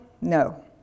no